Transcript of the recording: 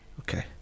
Okay